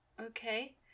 okay